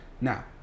Now